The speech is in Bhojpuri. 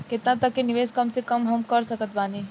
केतना तक के निवेश कम से कम मे हम कर सकत बानी?